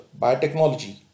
biotechnology